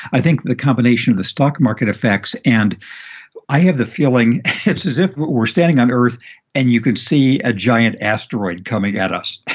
i think the combination of the stock market effects and i have the feeling it's as if we're standing on earth and you could see a giant asteroid coming at us.